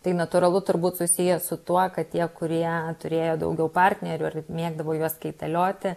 tai natūralu turbūt susiję su tuo kad tie kurie turėjo daugiau partnerių ar mėgdavo juos kaitalioti